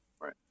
Right